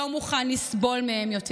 לא מוכן לסבול יותר.